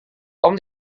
tom